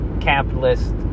capitalist